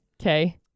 Okay